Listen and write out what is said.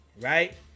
right